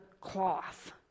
cloth